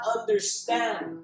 understand